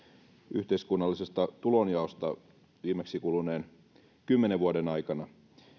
yhteiskunnallisesta tulonjaosta viimeksi kuluneiden kymmenen vuoden aikana